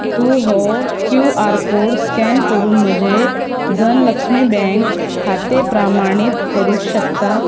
तूं हो Q R code scan करून म्हजें धनलक्ष्मी बँक खातें प्रामाणीत करूंक शकता